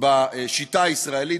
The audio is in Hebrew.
בשיטה הישראלית,